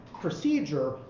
Procedure